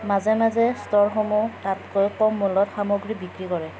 মাজে মাজে ষ্ট'ৰসমূহে তাতকৈ কম মূল্যত সামগ্ৰী বিক্ৰী কৰে